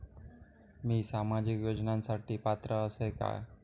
मी सामाजिक योजनांसाठी पात्र असय काय?